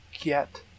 get